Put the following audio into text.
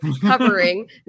covering